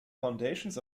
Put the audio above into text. foundations